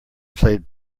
played